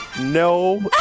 No